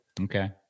Okay